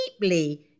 deeply